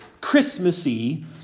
Christmassy